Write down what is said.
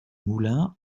moulins